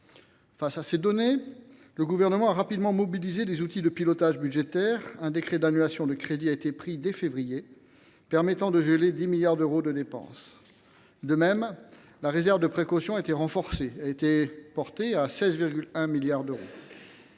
à ces chiffres, le Gouvernement a rapidement mobilisé ses outils de pilotage budgétaire : un décret d’annulation de crédits a été publié dès février, permettant de geler 10 milliards d’euros de dépenses. De même, la réserve de précaution a été renforcée et portée à 16,1 milliards d’euros.